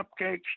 cupcakes